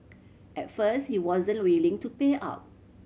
at first he wasn't willing to pay out